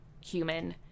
human